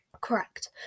Correct